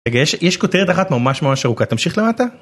רגע, יש כותרת אחת ממש ממש ארוכה תמשיך למטה.